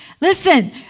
Listen